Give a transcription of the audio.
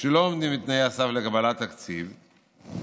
שלא עומדים בתנאי הסף לקבלת תקציב המודרכות,